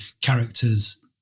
characters